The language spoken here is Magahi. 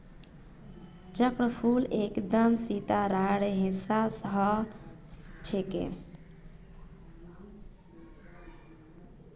चक्रफूल एकदम सितारार हिस्सा ह छेक